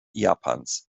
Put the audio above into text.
japans